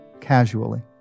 casually